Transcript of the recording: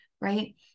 Right